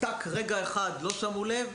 וברגע אחד שלא שמו לב,